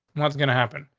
what's gonna happen?